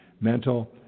Mental